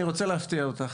אני רוצה להפתיע אותך,